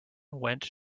went